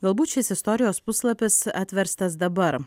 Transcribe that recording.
galbūt šis istorijos puslapis atverstas dabar